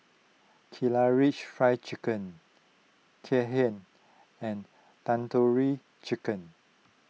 Karaage Fried Chicken Kheer and Tandoori Chicken